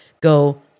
go